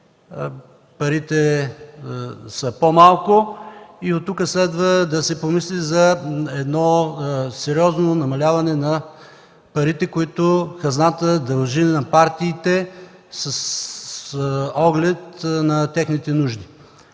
парите са по-малко и оттук следва да се помисли за едно сериозно намаляване на парите, които хазната дължи на партиите, с оглед на техните нужди.